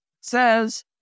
says